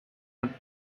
her